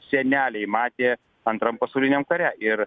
seneliai matė antram pasauliniam kare ir